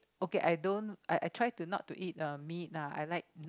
okay I don't I I try to not to eat um meat uh I like nut